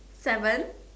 seven